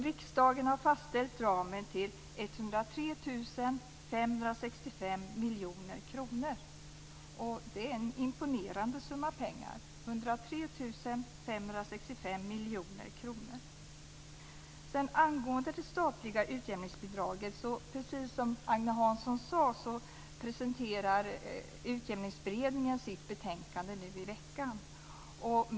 Riksdagen har fastställt ramen till 103 565 miljoner kronor. Det är en imponerande summa pengar - 103 565 miljoner kronor. Angående det statliga utjämningsbidraget är det, precis som Agne Hansson sade, så att Utjämningsberedningen presenterar sitt betänkande nu i veckan.